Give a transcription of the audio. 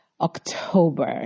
October